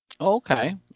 Okay